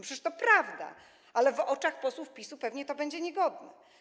Przecież to prawda, ale w oczach posłów PiS-u pewnie to będzie niegodne.